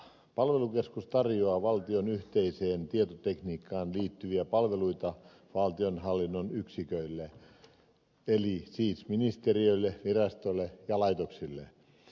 palvelukeskus tarjoaa valtion yhteiseen tietotekniikkaan liittyviä palveluita valtionhallinnon yksiköille eli siis ministeriöille virastoille ja laitoksille